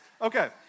Okay